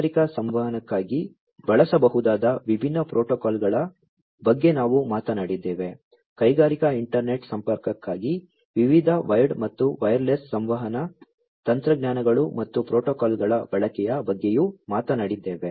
ಕೈಗಾರಿಕಾ ಸಂವಹನಕ್ಕಾಗಿ ಬಳಸಬಹುದಾದ ವಿಭಿನ್ನ ಪ್ರೋಟೋಕಾಲ್ಗಳ ಬಗ್ಗೆ ನಾವು ಮಾತನಾಡಿದ್ದೇವೆ ಕೈಗಾರಿಕಾ ಇಂಟರ್ನೆಟ್ ಸಂಪರ್ಕಕ್ಕಾಗಿ ವಿವಿಧ ವೈರ್ಡ್ ಮತ್ತು ವೈರ್ಲೆಸ್ ಸಂವಹನ ತಂತ್ರಜ್ಞಾನಗಳು ಮತ್ತು ಪ್ರೋಟೋಕಾಲ್ಗಳ ಬಳಕೆಯ ಬಗ್ಗೆಯೂ ಮಾತನಾಡಿದ್ದೇವೆ